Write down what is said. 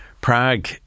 Prague